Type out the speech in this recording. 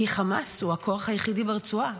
כי חמאס הוא הכוח היחידי ברצועה.